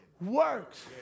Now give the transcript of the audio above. works